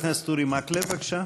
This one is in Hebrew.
חבר הכנסת אורי מקלב, בבקשה.